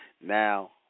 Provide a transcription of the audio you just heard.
Now